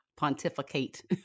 pontificate